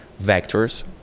vectors